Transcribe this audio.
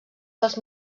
dels